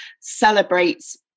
celebrates